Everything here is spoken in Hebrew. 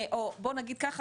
או בוא נגיד ככה,